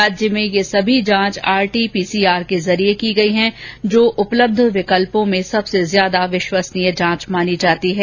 राज्य में ये सभी जांच आरटी पीसीआर के जरिये की गयी हैं जो उपलब्ध विकल्पों में सबसे ज्यादा विश्वसनीय जांच मानी जाती है